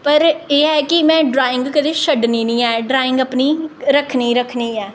पर एह् ऐ कि में ड्राइंग कदें छड्डनी निं ऐ ड्राइंग अपनी रक्खनी गै रक्खनी ऐ